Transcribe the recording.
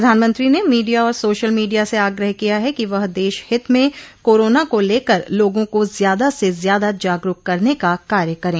प्रधानमंत्री ने मीडिया और सोशल मीडिया से आग्रह किया है कि वह देश हित में कोरोना को लेकर लोगों को ज्यादा से ज्यादा जागरूक करने का कार्य करें